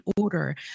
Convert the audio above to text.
order